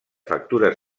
factura